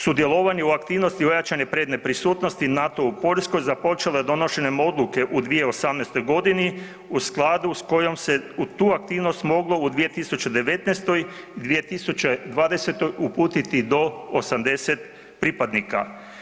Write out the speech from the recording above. Sudjelovanje u aktivnosti ojačane prednje prisutnosti NATO-a u Poljskoj započelo je donošenjem odluke u 2018. godini u skladu s kojom se u tu aktivnost moglo u 2019., 2020. uputiti do 80 pripadnika.